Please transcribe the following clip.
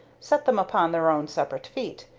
set them upon their own separate feet,